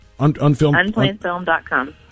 Unplannedfilm.com